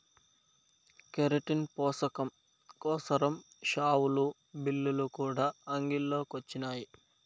keratin పోసకం కోసరం షావులు, బిల్లులు కూడా అంగిల్లో కొచ్చినాయి